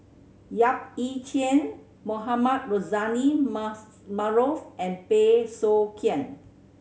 Yap Ee Chian Mohamed Rozani Maarof and Bey Soo Khiang